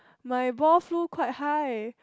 my ball flew quite high